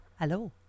Hello